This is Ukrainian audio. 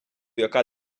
яку